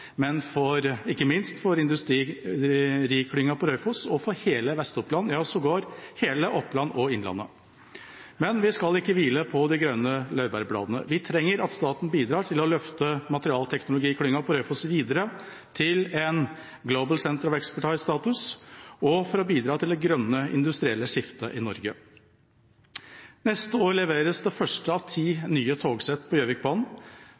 men ikke minst for industriklynga på Raufoss og for hele Vest-Oppland, ja sågar hele Oppland og innlandet. Men vi skal ikke hvile på de grønne laurbærbladene. Vi trenger at staten bidrar til å løfte materialteknologiklynga på Raufoss videre til Global Centres of Expertise-status for å bidra til det grønne industrielle skiftet i Norge. Neste år leveres det første av ti nye togsett på Gjøvikbanen.